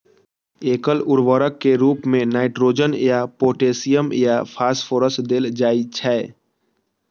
एकल उर्वरक के रूप मे नाइट्रोजन या पोटेशियम या फास्फोरस देल जाइ छै